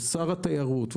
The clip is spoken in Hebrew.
לשר התיירות,